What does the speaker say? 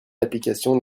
d’application